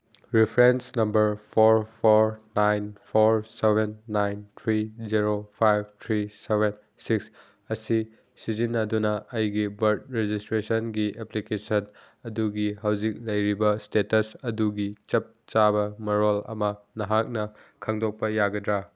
reference number four four nine four seven nine three zero five three seven six ꯑꯁꯤ ꯁꯤꯖꯤꯟꯅꯗꯨꯅ ꯑꯩꯒꯤ birth ꯔꯦꯖꯤꯁꯇ꯭ꯔꯦꯁꯟꯒꯤ application ꯑꯗꯨꯒꯤ ꯍꯧꯖꯤꯛ ꯂꯩꯔꯤꯕ ꯏꯁꯇꯦꯇꯁ ꯑꯗꯨꯒꯤ ꯆꯞ ꯆꯥꯕ ꯃꯔꯣꯜ ꯑꯃ ꯅꯍꯥꯛꯅ ꯈꯪꯗꯣꯛꯄ ꯌꯥꯒꯗ꯭ꯔꯥ